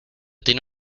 tiene